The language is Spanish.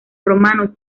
romanos